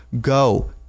Go